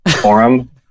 forum